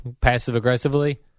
passive-aggressively